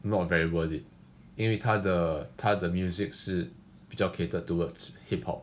not very worth it 因为它的它的 the music 是比较 catered towards hip hop